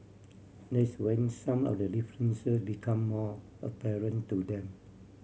that's when some of the differences become more apparent to them